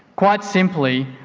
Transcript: quite simply,